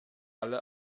alle